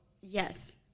Yes